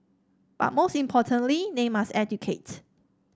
but most importantly they must educate